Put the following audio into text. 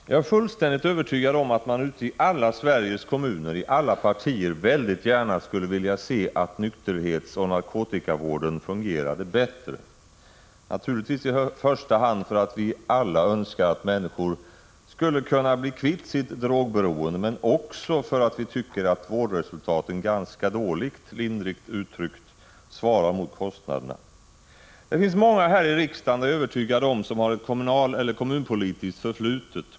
Jag är fullständigt övertygad om att man ute i alla Sveriges kommuner i alla partier väldigt gärna skulle vilja se att nykterhetsoch narkotikavården fungerade bättre, naturligtvis i första hand för att vi alla önskar att människor skulle kunna bli kvitt sitt drogberoende men också för att vi tycker att vårdresultaten ganska dåligt — lindrigt uttryckt — svarar mot kostnaderna. Jag är övertygad om att många här i riksdagen har ett kommunalpolitiskt förflutet.